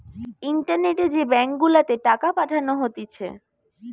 ইন্টারনেটে যে ব্যাঙ্ক গুলাতে টাকা পাঠানো হতিছে